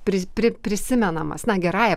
pris pri prisimenamas na gerąja